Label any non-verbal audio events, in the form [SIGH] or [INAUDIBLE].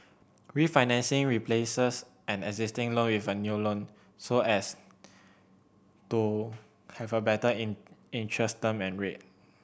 refinancing replaces an existing loan with a new loan so as to have a better [UNINTELLIGIBLE] interest term and rate